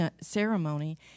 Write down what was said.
ceremony